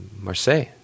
Marseille